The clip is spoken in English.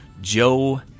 Joe